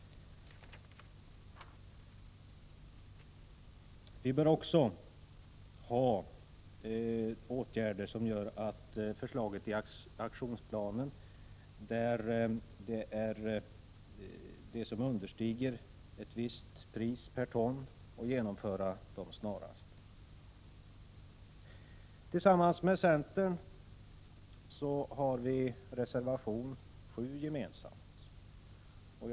Vi bör också vidta åtgärder som medför att förslaget i aktionsplanen att alla åtgärder som kostar mindre än ett visst belopp per ton avskild svaveldioxid genomförs snarast. Vi har reservation 7 gemensam med centern.